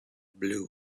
blue